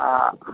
हँ